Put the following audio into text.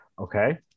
Okay